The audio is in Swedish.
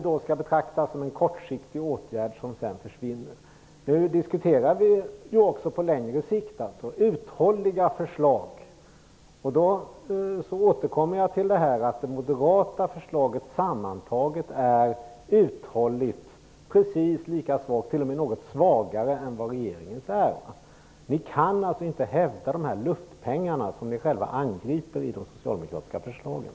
Detta skall betraktas som en kortsiktig åtgärd som sedan upphör. Nu diskuterar vi ju också uthålliga förslag på längre sikt. Då återkommer jag till att det moderata förslaget sammantaget är precis lika svagt uthålligt som - t.o.m. något svagare än - regeringens förslag. Ni kan inte hävda dessa luftpengar som ni själva angriper i de socialdemokratiska förslagen.